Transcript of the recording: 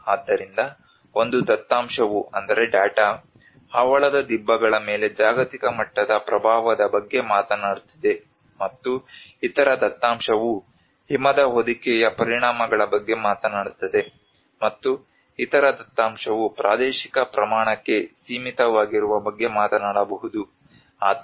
ಆದ್ದರಿಂದ ಒಂದು ದತ್ತಾಂಶವು ಹವಳದ ದಿಬ್ಬಗಳ ಮೇಲೆ ಜಾಗತಿಕ ಮಟ್ಟದ ಪ್ರಭಾವದ ಬಗ್ಗೆ ಮಾತನಾಡುತ್ತಿದೆ ಮತ್ತು ಇತರ ದತ್ತಾಂಶವು ಹಿಮದ ಹೊದಿಕೆಯ ಪರಿಣಾಮಗಳ ಬಗ್ಗೆ ಮಾತನಾಡುತ್ತದೆ ಮತ್ತು ಇತರ ದತ್ತಾಂಶವು ಪ್ರಾದೇಶಿಕ ಪ್ರಮಾಣಕ್ಕೆ ಸೀಮಿತವಾಗಿರುವ ಬಗ್ಗೆ ಮಾತನಾಡಬಹುದು